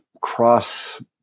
cross